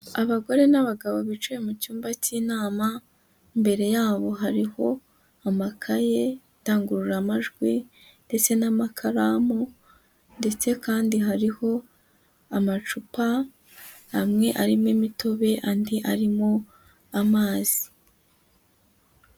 Abagore n'abagabo bicaye mu cyumba cy'inama, imbere yabo hariho amakaye, indangururamajwi ndetse n'amakaramu ndetse kandi hariho amacupa amwe arimo imitobe andi arimo amazi.